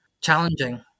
challenging